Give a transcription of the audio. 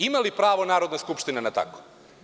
Imali pravo Narodna skupština na to?